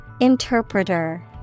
Interpreter